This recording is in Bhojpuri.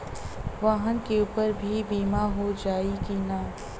वाहन के ऊपर भी बीमा हो जाई की ना?